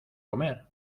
comer